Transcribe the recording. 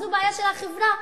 זו בעיה של החברה,